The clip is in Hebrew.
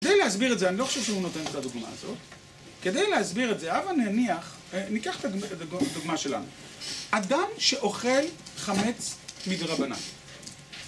כדי להסביר את זה, אני לא חושב שהוא נותן את הדוגמה הזאת. כדי להסביר את זה, הבה נניח, ניקח את הדוגמה שלנו. אדם שאוכל חמץ מדרבנן.